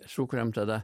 sukuriam tas